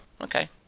okay